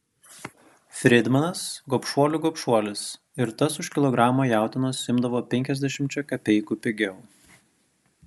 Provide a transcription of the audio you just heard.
fridmanas gobšuolių gobšuolis ir tas už kilogramą jautienos imdavo penkiasdešimčia kapeikų pigiau